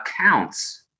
accounts